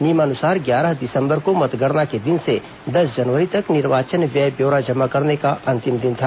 नियमानुसार ग्यारह दिसंबर को मतगणना के दिन से दस जनवरी तक निर्याचन व्यय ब्यौरा जमा करने का अंतिम दिन था